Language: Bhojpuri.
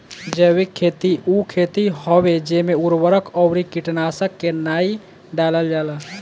जैविक खेती उ खेती हवे जेमे उर्वरक अउरी कीटनाशक के नाइ डालल जाला